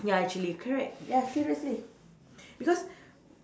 ya actually correct ya seriously because